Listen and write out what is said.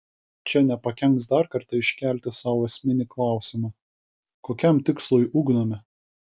čia nepakenks dar kartą iškelti sau esminį klausimą kokiam tikslui ugdome